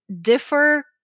differ